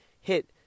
hit